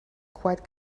quite